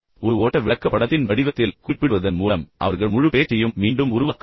ஒரு ஓட்ட விளக்கப்படத்தின் வடிவத்தில் குறிப்பிடுவதன் மூலம் அவர்கள் முழு பேச்சையும் மீண்டும் உருவாக்க முடியும்